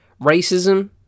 Racism